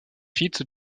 fitz